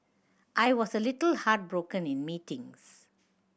I was a little heartbroken in meetings